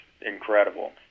incredible